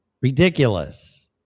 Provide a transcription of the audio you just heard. Ridiculous